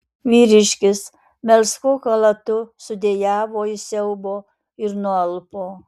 vyriškis melsvu chalatu sudejavo iš siaubo ir nualpo